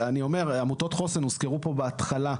אני אומר: עמותות חוסן הוזכרו פה בהתחלה.